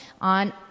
on